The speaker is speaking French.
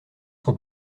son